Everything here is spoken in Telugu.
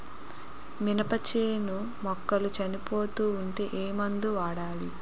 మినప చేను మొక్కలు చనిపోతూ ఉంటే ఏమందు వాడాలి?